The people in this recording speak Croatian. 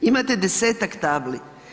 Imate desetak tabli.